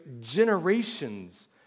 generations